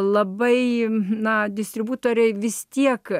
labai na distributoriui vis tiek